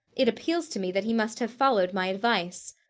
it appeals to me that he must have followed my advice.